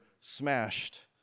smashed